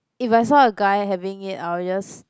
if I saw a guy having it I will just